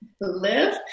Live